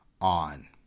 on